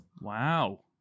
Wow